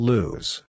Lose